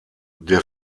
der